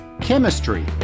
chemistry